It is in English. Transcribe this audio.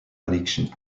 addiction